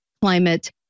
climate